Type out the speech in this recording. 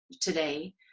today